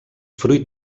fruit